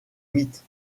mythes